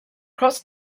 cross